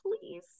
please